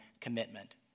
commitment